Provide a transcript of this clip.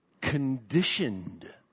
conditioned